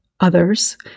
others